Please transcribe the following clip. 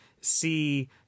see